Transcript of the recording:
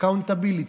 Accountability,